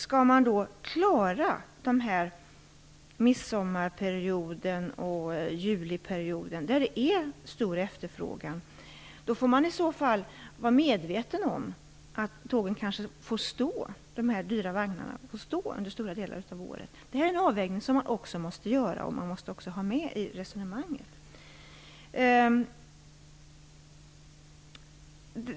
Skall man klara midsommarperioden och juliperioden, då efterfrågan är stor, får man vara medveten om att tågen kanske får stå, att de här dyra vagnarna får stå under stora delar av året. Det här är en avvägning som man måste göra och som man måste ha med i resonemanget.